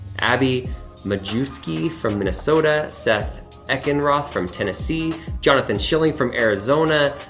abby majewski from minnesota, seth eckenroth from tennessee, jonathan schilling from arizona,